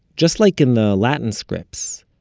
just like in the latin scripts,